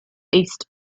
east